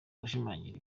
gushimangira